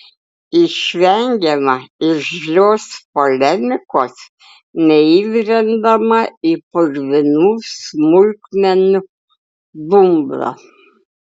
išvengiama irzlios polemikos neįbrendama į purvinų smulkmenų dumblą